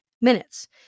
minutes